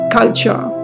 culture